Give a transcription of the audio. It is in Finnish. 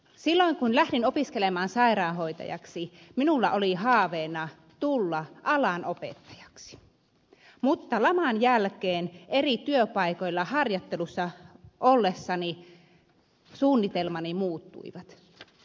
silloin kun lähdin opiskelemaan sairaanhoitajaksi minulla oli haaveena tulla alan opettajaksi mutta laman jälkeen eri työpaikoilla harjoittelussa ollessani suunnitelmani muuttuivat